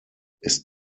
ist